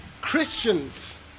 Christians